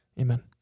Amen